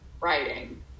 writing